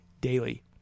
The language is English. daily